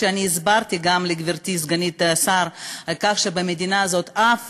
כשהסברתי גם לגברתי סגנית השר שבמדינה הזאת אף